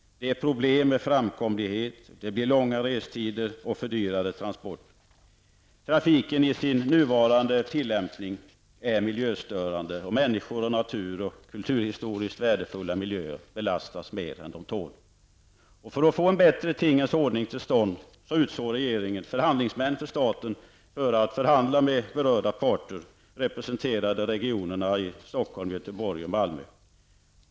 Det är problem med framkomlighet, det blir långa restider och fördyrade transporter. Trafiken i sin nuvarande tillämpning är miljöstörande. Människor, natur och kulturhistoriskt värdefulla miljöer belastas mer än de tål. För att få en bättre tingens ordning till stånd utsåg regeringen förhandlingsmän för staten för att förhandla med berörda parter, representerande regionerna Stockholm, Göteborg och Malmö.